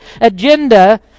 agenda